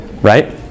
Right